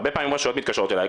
הרבה פעמים רשויות מתקשרות אליי,